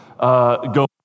go